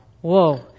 whoa